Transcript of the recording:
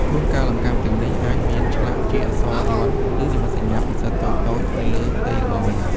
ជួនកាល អង្កាំទាំងនេះអាចមានឆ្លាក់ជាអក្សរយ័ន្ត ឬនិមិត្តសញ្ញាពិសិដ្ឋតូចៗនៅលើផ្ទៃរបស់វា។